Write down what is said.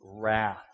Wrath